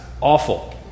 awful